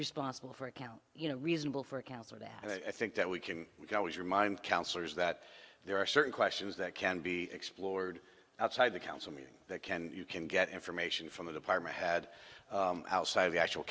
responsible for account you know reasonable for counsel that i think that we can we can always remind councillors that there are certain questions that can be explored outside the council meeting that can you can get information from the department had outside of the actual